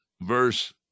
verse